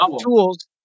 tools